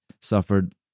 suffered